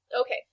Okay